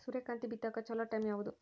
ಸೂರ್ಯಕಾಂತಿ ಬಿತ್ತಕ ಚೋಲೊ ಟೈಂ ಯಾವುದು?